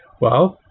well,